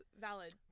valid